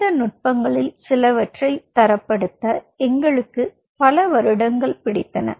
இந்த நுட்பங்களில் சிலவற்றை தரப்படுத்த எங்களுக்கு பல வருடங்கள் பிடித்தன